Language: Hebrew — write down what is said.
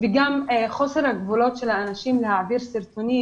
וגם חוסר הגבולות של האנשים להעביר סרטונים